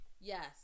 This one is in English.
Yes